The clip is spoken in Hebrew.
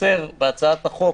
חסר בהצעת החוק